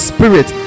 Spirit